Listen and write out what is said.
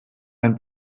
ein